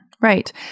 Right